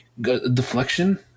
deflection